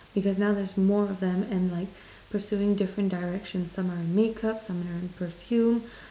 because now there's more of them and like pursuing different directions some are in makeup some are in perfume